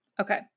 Okay